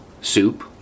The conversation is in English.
soup